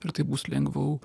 ir tai bus lengvau